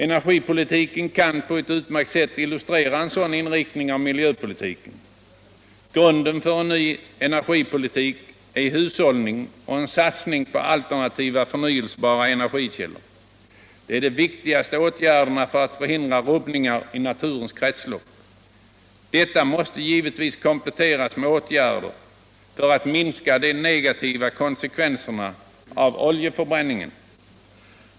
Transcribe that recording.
Energipolitiuken kan på ett utmärkt sätt illustrera en sådan inriktning av miljöpolitiken. Grunden för en ny energipolitik är hushållning och en satsning på alternativa förnyelsebara energikällor. Det är de viktigaste åtgärderna för att förhindra rubbningar i naturens kretslopp. Detta måste givetvis kompletteras med åtgärder för att minska de negativa konsekvenserna av oljeförbränningen.